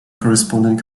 corresponding